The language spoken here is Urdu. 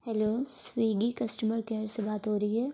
ہیلو سویگی کسٹمر کیئر سے بات ہو رہی ہے